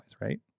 right